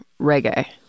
reggae